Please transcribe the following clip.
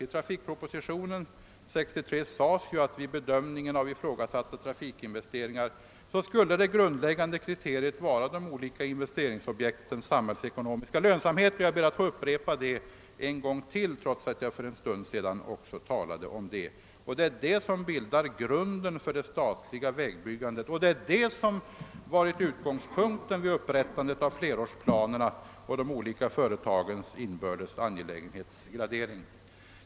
I trafikpropositionen 1963 sades att vid bedömningen av ifrågasatta trafikinvesteringar det grundläggande kriteriet skulle vara de olika investeringsobjektens samhällsekonomiska lönsamhet. Jag ber att få upprepa detta, trots att jag för en stund sedan också talade om det. Det är detta som bildar grunden för det statliga vägbyggandet och som varit utgångspunkten vid upprättandet av flerårsplanerna och den inbördes angelägenhetsgraderingen av de olika företagen.